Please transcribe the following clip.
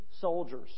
soldiers